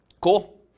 cool